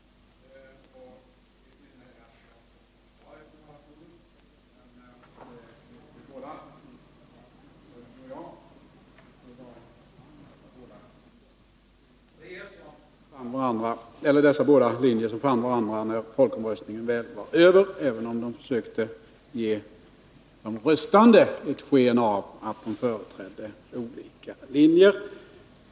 Vi vet bägge två att det var dessa båda linjer som fann varandra, när folkomröstningen väl var över, även om de sökte ge de röstande ett sken av att linjerna företrädde olika meningar.